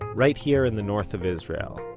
right here in the north of israel,